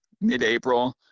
mid-April